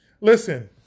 Listen